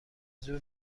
زور